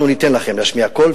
אנחנו ניתן לכם להשמיע קול,